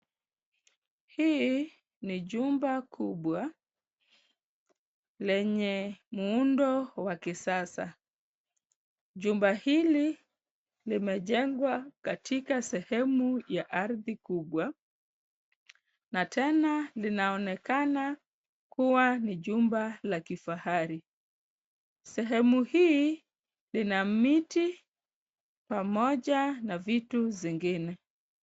Hii ni jumba kubwa lenye muundo wa kisasa. Jumba hili limejengwa katika sehemu ya ardhi kubwa na tena linaonekana kuwa ni jumba la kifahari. Sehemu hii lina miti pamoja na vitu zingine.